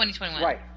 right